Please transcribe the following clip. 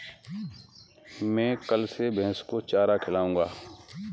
मैं कल से भैस को चारा खिलाऊँगा